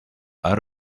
out